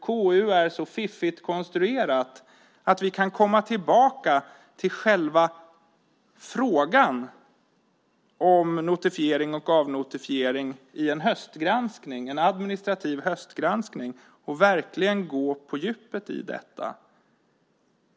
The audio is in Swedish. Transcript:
KU är så fiffigt konstruerat att vi kan komma tillbaka till själva frågan om notifiering och avnotifiering i en höstgranskning, en administrativ höstgranskning, och verkligen gå på djupet i detta.